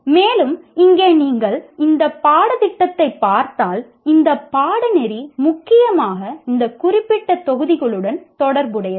மேலும் இங்கே நீங்கள் இந்த பாடத்திட்டத்தைப் பார்த்தால் இந்த பாடநெறி முக்கியமாக இந்த குறிப்பிட்ட தொகுதிகளுடன் தொடர்புடையது